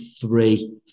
three